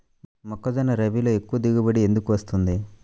మొక్కజొన్న రబీలో ఎక్కువ దిగుబడి ఎందుకు వస్తుంది?